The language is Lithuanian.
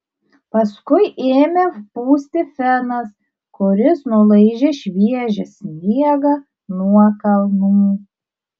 paskui ėmė pūsti fenas kuris nulaižė šviežią sniegą nuo kalnų